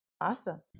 Awesome